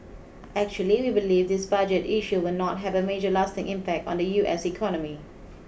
actually we believe this budget issue will not have a major lasting impact on the U S economy